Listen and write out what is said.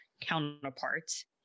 counterparts